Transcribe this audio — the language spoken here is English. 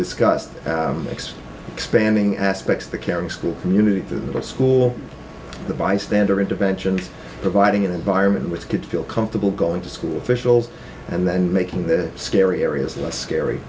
discussed next expanding aspects the caring school community through the school the bystander intervention providing an environment which could feel comfortable going to school officials and then making the scary areas less scary